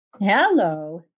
Hello